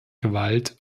gewalt